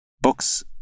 books